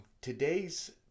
today's